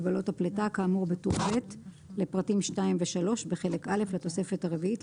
הגבלות הפליטה כאמור בטור ב' לפרטים 2 ו-3 בחלק א' לתוספת הרביעית,